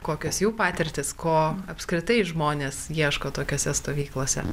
kokios jų patirtys ko apskritai žmonės ieško tokiose stovyklose